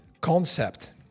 concept